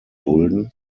dulden